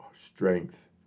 strength